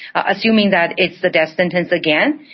assuming that it's the death sentence again,